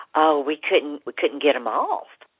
oh, we couldn't like couldn't get them off.